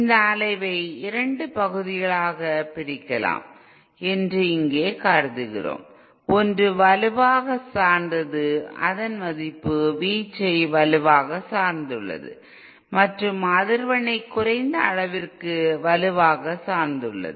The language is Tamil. இந்த அலைவை இரண்டு பகுதிகளாகப் பிரிக்கலாம் என்று இங்கே கருதுகிறோம் ஒன்று வலுவாக சார்ந்தது அதன் மதிப்பு வீச்சை வலுவாக சார்ந்துள்ளது மற்றும் அதிர்வெண்ணைக் குறைந்த அளவிற்கு வலுவாக சார்ந்துள்ளது